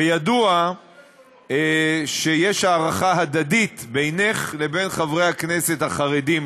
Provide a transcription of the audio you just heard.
וידוע שיש הערכה הדדית בינך לבין חברי הכנסת החרדים,